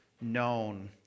known